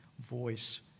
voice